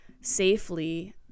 safely